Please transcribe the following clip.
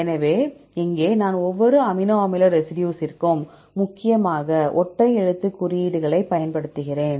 எனவே இங்கே நான் ஒவ்வொரு அமினோ அமில ரெசிடியூஸ்ற்கும் முக்கியமாக ஒற்றை எழுத்து குறியீடுகளைப் பயன்படுத்துகிறேன்